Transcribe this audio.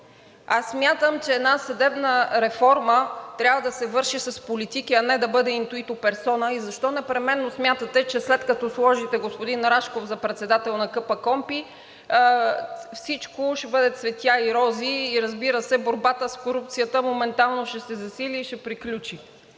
Смятам, че една съдебна реформа трябва да се върши с политики, а не да бъде Intuitu personae. Защо непременно смятате, че след като сложите господин Рашков за председател на КПКОНПИ, всичко ще бъде цветя и рози и разбира се, борбата с корупцията моментално ще се засили и ще приключи.